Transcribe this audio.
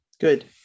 Good